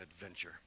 adventure